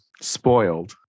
spoiled